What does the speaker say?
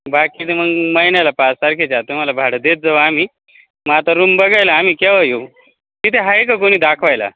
बाकी ते मग महिन्याला पाच तारखेच्या आत मला भाडं देत जाऊ आम्ही मग आता रूम बघायला आम्ही केव्हा येऊ तिथे आहे का कोणी दाखवायला